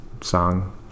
song